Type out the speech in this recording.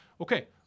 Okay